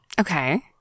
Okay